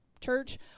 church